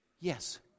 Yes